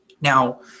Now